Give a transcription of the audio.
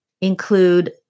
include